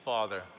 Father